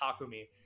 Takumi